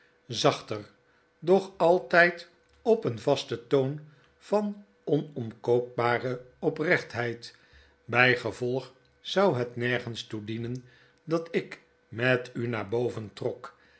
zachter doch altyd op een vasten toon van onomkoopbare oprechtheid bg gevolg zou het nergens toe dienen dat ik met u naar boven trok